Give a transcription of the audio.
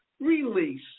Release